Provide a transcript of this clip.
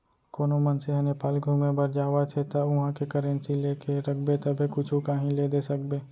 कोनो मनसे ह नेपाल घुमे बर जावत हे ता उहाँ के करेंसी लेके रखबे तभे कुछु काहीं ले दे सकबे